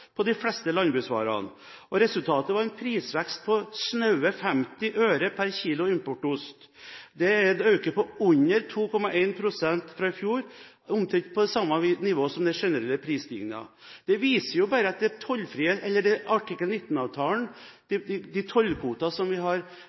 på de fleste landbruksvarer. Resultatet var en prisvekst på snaue 50 øre per kilo importost. Det er en økning på under 2,1 pst. fra i fjor, og omtrent på samme nivå som den generelle prisstigningen. Det viser at tollkvotene vi har